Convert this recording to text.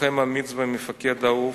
לוחם אמיץ ומפקד אהוב,